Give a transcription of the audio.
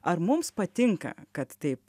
ar mums patinka kad taip